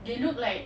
they look like